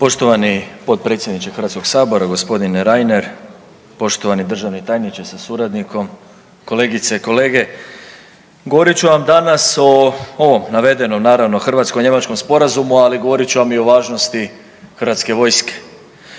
Poštovani potpredsjedniče HS-a g. Reiner, poštovani državni tajniče sa suradnikom, kolegice i kolege. Govorit ću vam danas o ovom navedenom hrvatsko-njemačkom sporazumu, ali govorit ću vam i o važnosti hrvatske vojske.